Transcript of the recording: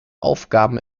aufgaben